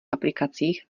aplikacích